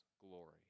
glory